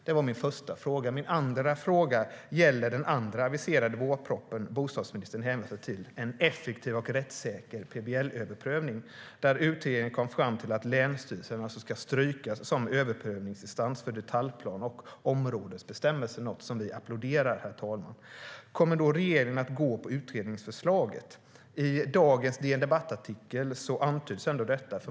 Det var min första fråga.. Utredningen kom fram till att länsstyrelsen ska strykas som överprövningsinstans för detaljplan och områdesbestämmelser. Det är något som vi applåderar, herr talman. Kommer regeringen att gå på utredningsförslaget? I dagens DN Debatt-artikel antyds detta.